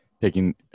Taking